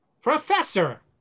Professor